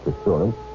assurance